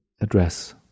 address